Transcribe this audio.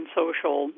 social